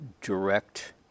direct